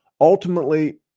Ultimately